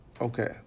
Okay